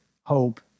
hope